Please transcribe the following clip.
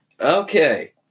Okay